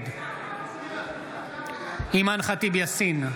נגד אימאן ח'טיב יאסין,